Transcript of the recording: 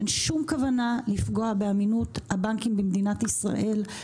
שאין שום הכוונה לפגוע באמינות הבנקים במדינת ישראל.